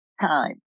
time